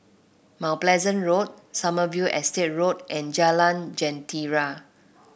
Mount Pleasant Road Sommerville Estate Road and Jalan Jentera